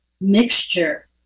mixture